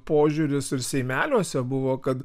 požiūris ir seimeliuose buvo kad